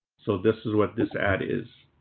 so this is what this ad is.